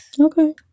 okay